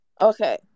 Okay